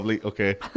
okay